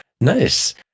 Nice